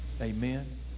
Amen